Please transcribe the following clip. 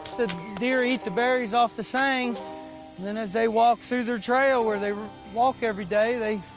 the deer eat the berries off the seng, and then as they walk through their trail where they walk every day, they